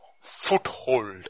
foothold